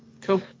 cool